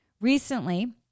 Recently